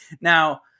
now